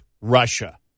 Russia